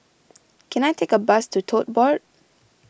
can I take a bus to Tote Board